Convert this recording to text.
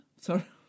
Sorry